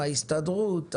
ההסתדרות,